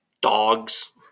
dogs